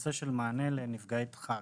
בנושא של מענה לנפגעי דחק.